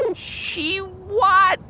and she what?